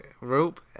Rope